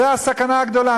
זו הסכנה הגדולה.